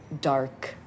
dark